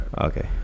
Okay